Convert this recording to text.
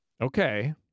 Okay